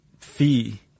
fee